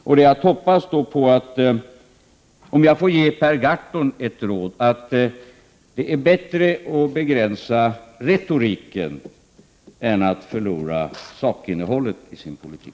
Låt mig ge Per Gahrton ett råd: Det är bättre att begränsa retoriken än att förlora sakinnehållet i sin politik.